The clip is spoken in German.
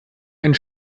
einen